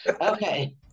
okay